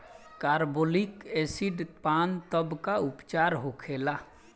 Carbolic acid पान तब का उपचार होखेला?